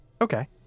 okay